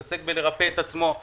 התעסק בלרפא את עצמו,